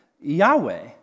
Yahweh